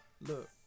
Look